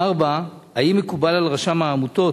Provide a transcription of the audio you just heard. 4. האם מקובל על רשם העמותות